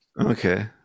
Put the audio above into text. okay